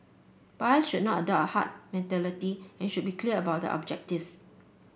buyers should not adopt a herd mentality and should be clear about their objectives